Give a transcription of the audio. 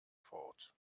fort